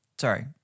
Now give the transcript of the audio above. sorry